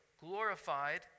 glorified